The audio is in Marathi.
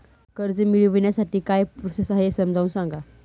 कर्ज मिळविण्यासाठी काय प्रोसेस आहे समजावून सांगा